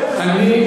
אפשר,